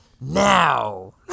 now